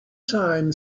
time